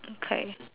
okay